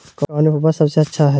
कौन एप्पबा सबसे अच्छा हय?